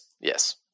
yes